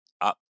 up